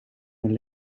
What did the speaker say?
mijn